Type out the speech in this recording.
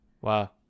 wow